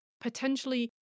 potentially